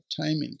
timing